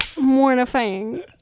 mortifying